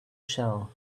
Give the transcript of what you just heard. shell